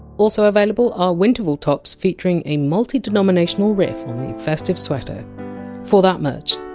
also available are winterval tops featuring a multidenominational riff on the festive sweater for that merch,